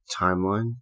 timeline